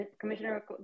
Commissioner